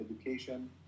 education